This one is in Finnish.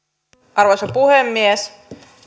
arvoisa puhemies